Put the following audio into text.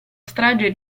strage